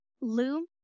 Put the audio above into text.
loom